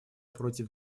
против